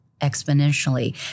exponentially